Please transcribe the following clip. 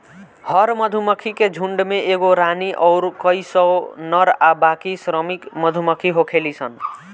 हर मधुमक्खी के झुण्ड में एगो रानी अउर कई सौ नर आ बाकी श्रमिक मधुमक्खी होखेली सन